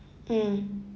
mm